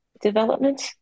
development